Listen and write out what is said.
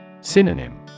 Synonym